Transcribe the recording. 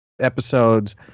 episodes